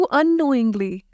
unknowingly